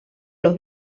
los